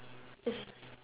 is